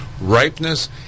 ripeness